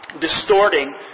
distorting